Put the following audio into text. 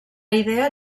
idea